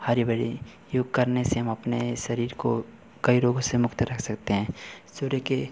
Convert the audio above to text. हरी भरी योग करने से हम अपने शरीर को कई रोगों से मुक्त रख सकते हैं सुर्य के